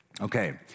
Okay